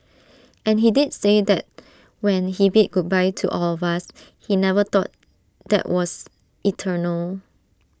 and he did say that when he bid goodbye to all of us he never thought that was eternal